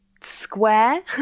square